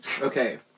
Okay